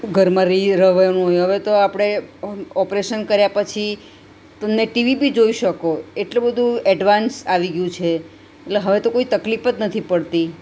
ઘરમાં રી રેવાનું હવે તો આપણે ઓપરેશન કર્યા પછી તમે ટીવી બી જોઈ શકો એટલું બધું એડવાંન્સ આવી ગયું છે એટલે હવે તો કોઈ તકલીફ જ પડતી નથી